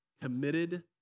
committed